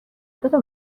دوتا